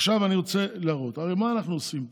עכשיו אני רוצה להראות, הרי מה אנחנו עושים פה?